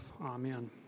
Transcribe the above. Amen